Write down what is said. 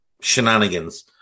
shenanigans